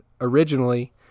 originally